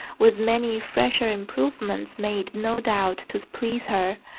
with many fresher improvements, made, no doubt, to please her.